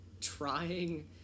trying